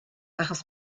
achos